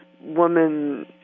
woman